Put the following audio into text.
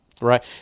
Right